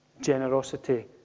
Generosity